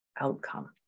outcome